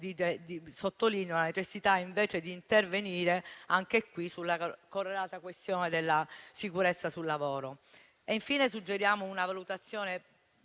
sottolineo la necessità di intervenire sulla correlata questione della sicurezza sul lavoro.